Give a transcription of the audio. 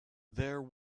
there